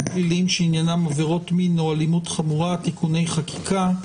פליליים שעניינם עבירות מין או אלימות חמורה) (תיקוני חקיקה),